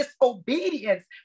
disobedience